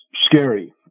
scary